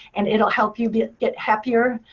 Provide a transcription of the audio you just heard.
and it'll help you get happier.